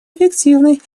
эффективной